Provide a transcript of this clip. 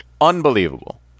unbelievable